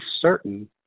certain